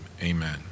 amen